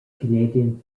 canadian